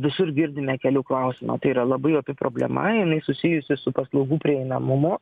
visur girdime kelių klausimą tai yra labai opi problema jinai susijusi su paslaugų prieinamumu